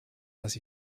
was